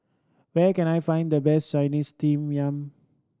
where can I find the best Chinese Steamed Yam